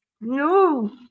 No